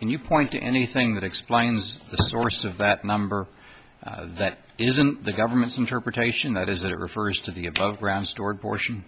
and you point to anything that explains the source of that number that is in the government's interpretation that is that it refers to the above ground stored portion